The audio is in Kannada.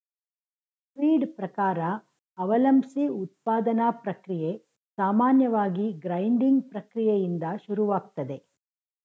ಫೀಡ್ ಪ್ರಕಾರ ಅವಲಂಬ್ಸಿ ಉತ್ಪಾದನಾ ಪ್ರಕ್ರಿಯೆ ಸಾಮಾನ್ಯವಾಗಿ ಗ್ರೈಂಡಿಂಗ್ ಪ್ರಕ್ರಿಯೆಯಿಂದ ಶುರುವಾಗ್ತದೆ